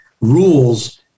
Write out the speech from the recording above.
rules